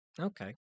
okay